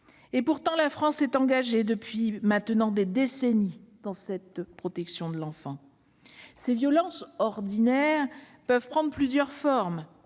Pourtant, la France s'est engagée depuis maintenant des décennies dans la protection de l'enfant. Les violences ordinaires peuvent prendre plusieurs formes